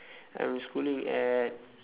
I'm schooling at